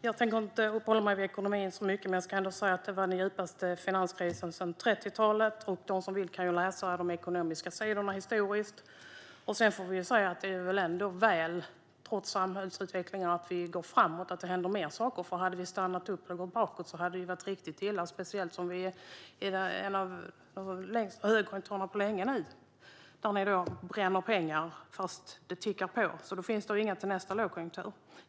Jag tänker inte uppehålla mig vid ekonomin så mycket, men jag ska ändå säga att det var den djupaste finanskrisen sedan 30-talet. De som vill kan läsa de ekonomiska sidorna historiskt. Vi får väl ändå säga att vi trots samhällsutvecklingen går framåt och att det händer fler saker. Om vi hade stannat upp och gått bakåt hade det varit riktigt illa, speciellt som vi har en av de starkaste högkonjunkturerna på länge nu, där ni bränner pengar fast det tickar på, Morgan Johansson. Då finns det inga till nästa lågkonjunktur.